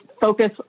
focus